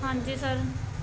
ਹਾਂਜੀ ਸਰ